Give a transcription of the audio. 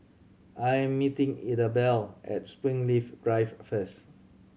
I am meeting Idabelle at Springleaf Drive first